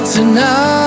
Tonight